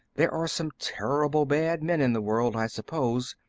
there are some terrible bad men in the world, i suppose,